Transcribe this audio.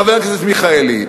חבר הכנסת מיכאלי?